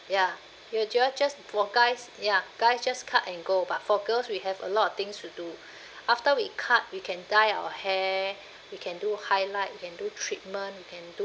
ya it will just just for guys ya guys just cut and go but for girls we have a lot of things to do after we cut we can dye our hair we can do highlight we can do treatment we can do